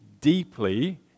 deeply